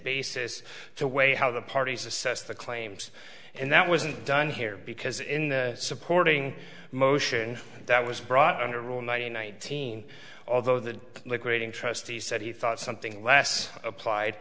basis to weigh how the parties assess the claims and that wasn't done here because in the supporting motion that was brought under rule nineteen although the liquidating trustee said he thought something less applied